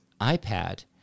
iPad